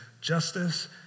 justice